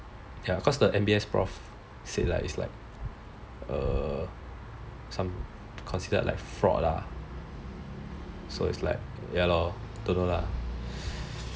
ya cause the N_B_S prof said it's like considered fraud lah so it's like ya lor don't know lah